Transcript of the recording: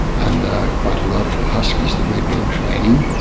and quite a lot of the huskies that we had been training.